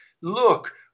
Look